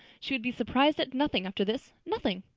she would be surprised at nothing after this! nothing!